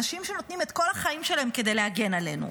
אנשים שנותנים את כל החיים שלהם כדי להגן עלינו,